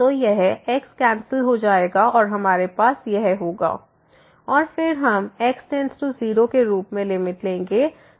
तो यह x cancel हो जाएगा और हमारे पास होगा x2x2x 1 cos x और फिर हम x→0 के रूप में लिमिट लेंगे